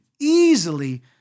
easily